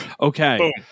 Okay